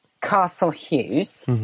Castle-Hughes